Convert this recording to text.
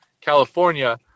California